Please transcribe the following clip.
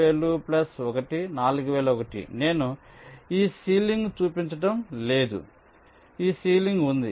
నేను ఈ పైకప్పును చూపించడం లేదు పైకప్పు ఉంది